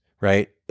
right